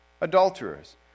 Adulterers